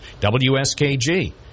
WSKG